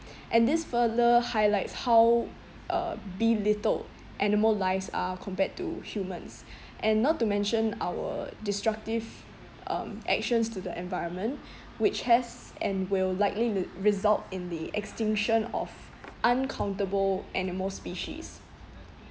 and this further highlights how uh belittled animal lives are compared to humans and not to mention our destructive um actions to the environment which has and will likely r~ result in the extinction of uncountable animal species